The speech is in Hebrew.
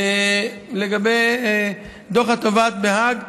לגבי דוח התובעת בהאג,